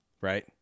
right